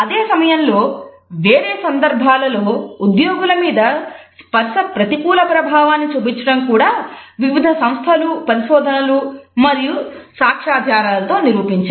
అదే సమయంలో వేరే సందర్భాలలో ఉద్యోగుల మీద స్పర్శ ప్రతికూల ప్రభావాన్ని చూపించటం కూడా వివిధ సంస్థలు పరిశోధనలు మరియు సాక్ష్యాధారాలతో నిరూపించాయి